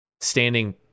standing